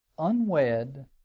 Unwed